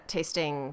Tasting